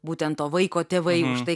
būtent to vaiko tėvai už tai